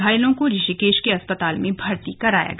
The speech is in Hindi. घायलों को ऋषिकेश के अस्पताल में भर्ती कराया गया